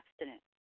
abstinent